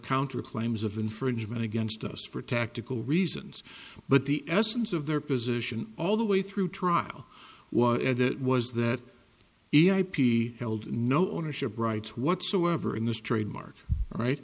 counter claims of infringement against us for tactical reasons but the essence of their position all the way through trial was that was that the ip held no ownership rights whatsoever in this trademark right